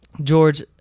George